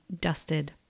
dusted